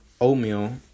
oatmeal